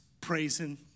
praising